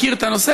מכיר את הנושא,